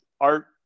art